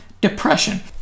depression